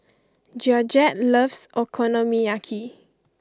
Georgette loves Okonomiyaki